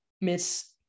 Miss